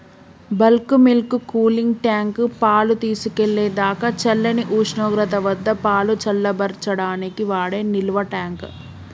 bulk milk cooling tank, పాలు తీసుకెళ్ళేదాకా చల్లని ఉష్ణోగ్రత వద్దపాలు చల్లబర్చడానికి వాడే నిల్వట్యాంక్